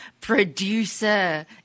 producer